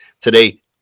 today